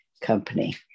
company